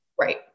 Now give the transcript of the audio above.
Right